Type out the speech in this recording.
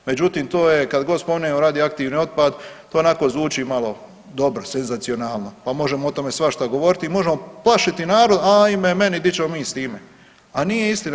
Međutim to je kad god spomenemo radioaktivni otpad to onako zvuči malo dobro senzacionalno pa možemo o tome svašta govoriti i možemo plašiti narod ajme meni di ćemo mi s time, a nije istina.